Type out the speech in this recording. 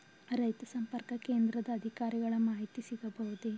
ರೈತ ಸಂಪರ್ಕ ಕೇಂದ್ರದ ಅಧಿಕಾರಿಗಳ ಮಾಹಿತಿ ಸಿಗಬಹುದೇ?